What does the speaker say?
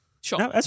Sure